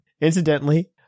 Incidentally